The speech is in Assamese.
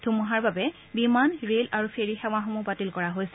ধুমুহাৰ বাবে বিমান ৰেল আৰু ফেৰি সেৱাসমূহ বাতিল কৰা হৈছে